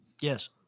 Yes